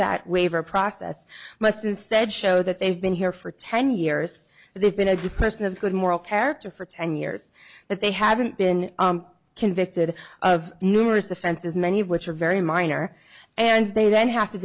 that waiver process must instead show that they've been here for ten years they've been a person of good moral character for ten years that they haven't been convicted of numerous offenses many of which are very minor and they then have to